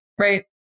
right